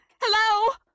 Hello